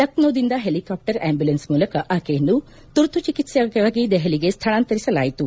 ಲಖನೌದಿಂದ helicopter ambulance ಮೂಲಕ ಆಕೆಯನ್ನು ತುರ್ತು ಚಿಕಿತ್ಸೆಗಾಗಿ ದೆಹಲಿಗೆ ಸ್ವಳಾಂತರಿಸಲಾಯಿತು